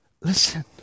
Listen